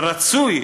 ורצוי